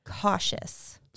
cautious